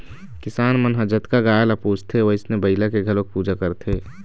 किसान मन ह जतका गाय ल पूजथे वइसने बइला के घलोक पूजा करथे